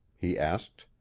he asked.